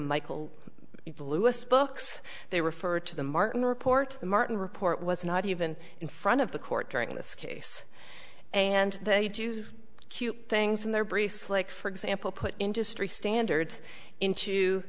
michael lewis books they refer to the martin report martin report was not even in front of the court during this case and they do cute things in their briefs like for example put industry standards into